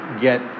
get